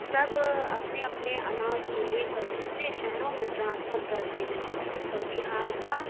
سب اپنے اپنے اناج کو لے کر دوسرے شہروں میں ٹرانسفر کرتے ہیں اور بہار کا